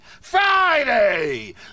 Friday